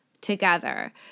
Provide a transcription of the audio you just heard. together